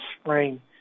spring